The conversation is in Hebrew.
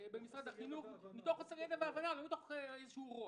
במשרד החינוך מתוך חוסר-ידע והבנה, לא מתוך רוע